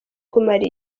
kumara